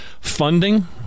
Funding